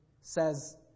says